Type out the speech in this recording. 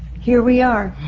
here we are,